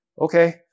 okay